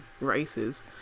races